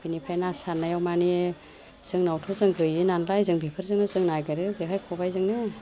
बिनिफ्राय ना सारनायाव मानि जोंनावथ' जों गोयि नालाय जों बेफोरजोंनो जों नागेरो जेखाइ खबायजोंनो